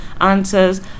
answers